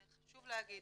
חשוב להגיד